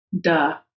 duh